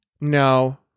No